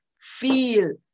feel